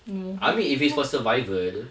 I mean if it's for survival